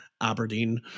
Aberdeen